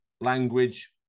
language